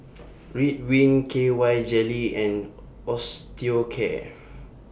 Ridwind K Y Jelly and Osteocare